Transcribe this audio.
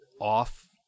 off